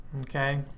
Okay